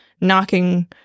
knocking